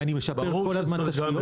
ואני משפר כל הזמן את התשתיות.